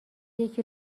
یکی